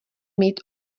mít